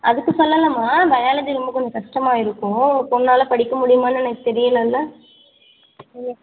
அதுக்கு சொல்லலம்மா பையாலஜி இன்னும் கொஞ்சம் கஷ்டமாக இருக்கும் உங்கள் பொண்ணால் படிக்க முடியுமான்னு எனக்கு தெரியிலைல்ல நீங்கள்